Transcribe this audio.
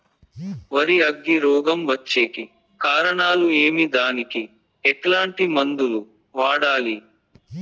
వరి అగ్గి రోగం వచ్చేకి కారణాలు ఏమి దానికి ఎట్లాంటి మందులు వాడాలి?